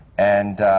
and